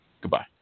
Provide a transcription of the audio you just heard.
Goodbye